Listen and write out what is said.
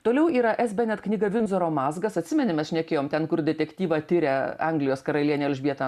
toliau yra es benet knyga vindzoro mazgas atsimeni mes šnekėjom ten kur detektyvą tiria anglijos karalienė elžbieta